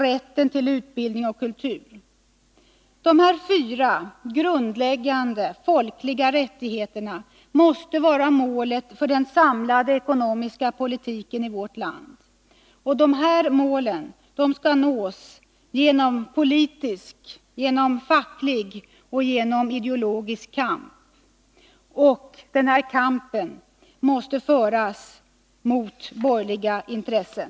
Dessa fyra grundläggande folkliga rättigheter måste vara målen för den samlade ekonomiska politiken i vårt land. Dessa mål skall nås genom politisk, facklig och ideologisk kamp. Denna kamp måste föras mot borgerliga intressen.